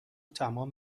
تمام